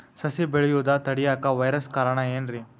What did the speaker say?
ಸಸಿ ಬೆಳೆಯುದ ತಡಿಯಾಕ ವೈರಸ್ ಕಾರಣ ಏನ್ರಿ?